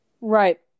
Right